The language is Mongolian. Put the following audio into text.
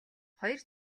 хоёр